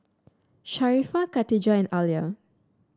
Sharifah Khatijah and Alya